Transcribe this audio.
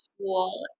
school